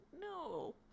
No